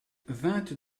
vingt